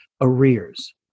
arrears